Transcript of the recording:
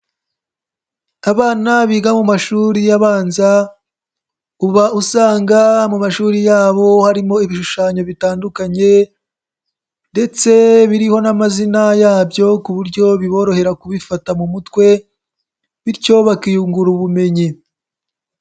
Abana biga mu mashuri abanza, uba usanga mu mashuri yabo harimo ibishushanyo bitandukanye ndetse biriho n'amazina yabyo ku buryo biborohera kubifata mu mutwe, bityo bakiyungura ubumenyi.